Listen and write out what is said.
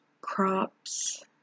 crops